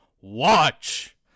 WATCH